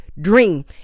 dream